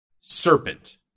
Serpent